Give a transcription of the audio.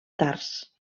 tars